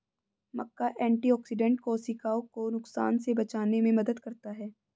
मक्का antioxidant कोशिकाओं को नुकसान से बचाने में मदद करता है